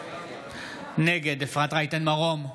נגד אפרת רייטן מרום,